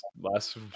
last